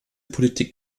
politik